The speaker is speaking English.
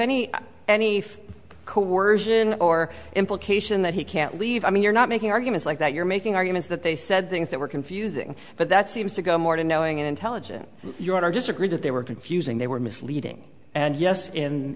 any any coercion or implication that he can't leave i mean you're not making arguments like that you're making arguments that they said things that were confusing but that seems to go more to knowing intelligent your i disagree that they were confusing they were misleading and yes in